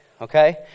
okay